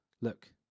Look